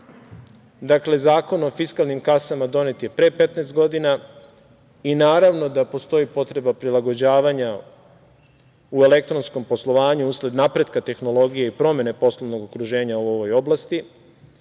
dakle Zakon o fiskalnim kasama donet je pre petnaest godina, i naravno da postoji potreba prilagođavanja u elektronskom poslovanju usled napretka tehnologiji i promena poslovnog okruženja u ovoj oblasti. Novi